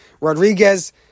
Rodriguez